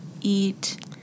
eat